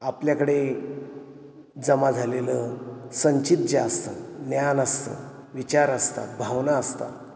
आपल्याकडे जमा झालेलं संचित जे असतं ज्ञान असतं विचार असतात भावना असतात